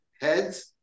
heads